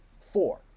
four